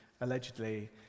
allegedly